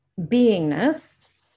beingness